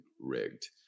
rigged